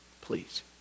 Please